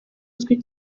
uzwi